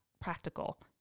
practical